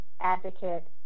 Advocate